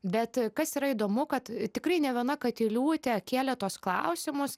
bet kas yra įdomu kad tikrai ne viena katiliūtė kėlė tuos klausimus